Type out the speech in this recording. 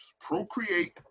procreate